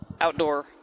outdoor